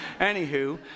Anywho